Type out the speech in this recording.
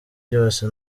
byose